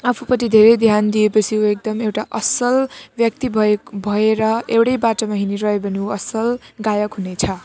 आफूपट्टि धेरै ध्यान दिएपछि ऊ एकदम असल व्यक्ति भए भएर एउटै बाटो हिँडिरह्यो भने ऊ असल गायक हुनेछ